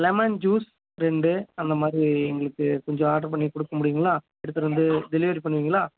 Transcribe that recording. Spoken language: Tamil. லெமன் ஜூஸ் ரெண்டு அந்த மாதிரி எங்களுக்குக் கொஞ்சம் ஆர்டர் பண்ணிக் கொடுக்க முடியுங்களா எடுத்துட்டு வந்து டெலிவரி பண்ணுவீங்களா